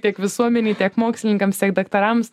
tiek visuomenėj tiek mokslininkams tiek daktarams